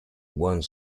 one